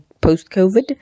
post-COVID